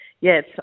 yes